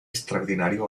extraordinario